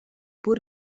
pur